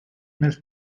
nel